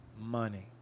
money